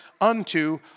unto